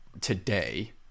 today